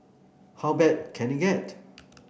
how bad can it get